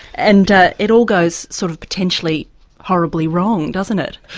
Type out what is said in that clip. and it all goes sort of potentially horribly wrong, doesn't it.